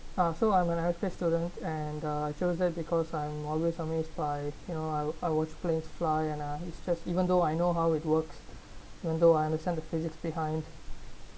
so I'm an aerospace student and uh chose that because I'm always amazed by you know I watch planes fly and uh it's just even though I know how it works even though I understand the physics behind